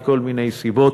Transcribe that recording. מכל מיני סיבות,